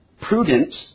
prudence